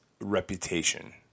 reputation